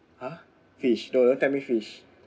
!huh! fish no don't tell me fish